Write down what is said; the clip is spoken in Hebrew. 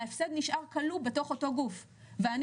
ההפסד נשאר כלוא בתוך אותו גוף ואני